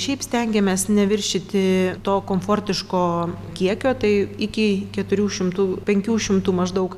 šiaip stengiamės neviršyti to komfortiško kiekio tai iki keturių šimtų penkių šimtų maždaug